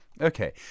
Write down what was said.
Okay